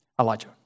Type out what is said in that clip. Elijah